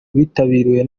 witabiriwe